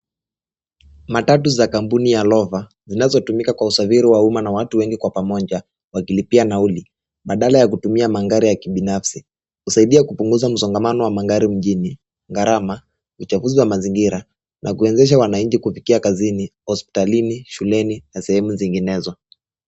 Matatu za kambunj ya love zinazotumika kwa usafiri wa umma na watu wengi kwa pamoja wakilipia nauli badala ya kutumia magari ya kibinafsi kusaidia kupunguza msongamano wa magari mjini, gharama uchafu wa mazingira na kuwezesha wananji kufika kazini, hospitali I , shuleni na sehemu zinginezo.